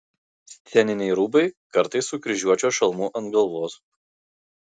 sceniniai rūbai kartais su kryžiuočio šalmu ant galvos